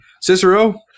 Cicero